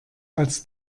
als